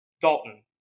Dalton